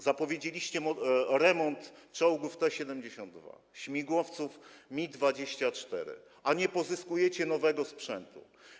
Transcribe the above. Zapowiedzieliście remont czołgów T-72, śmigłowców Mi-24, a nie pozyskujecie nowego sprzętu.